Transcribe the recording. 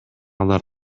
алар